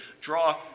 Draw